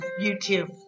YouTube